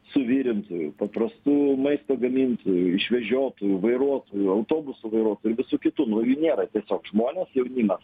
suvirintojų paprastų maisto gamintojų išvežiotojų vairuotojų autobusų vairuotojų kitų naujų nėra tiesiog žmonės jaunimas